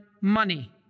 money